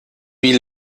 wie